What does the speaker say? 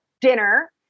dinner